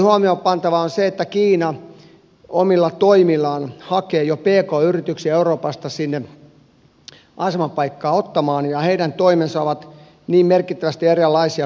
huomioonpantavaa oli se että kiina omilla toimillaan hakee jo pk yrityksiä euroopasta sinne asemapaikkaa ottamaan ja heidän toimensa ovat niin merkittävästi erilaisia kuin suomessa